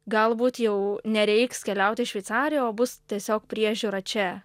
galbūt jau nereiks keliaut į šveicariją o bus tiesiog priežiūra čia